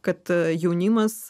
kad jaunimas